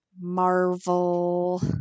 Marvel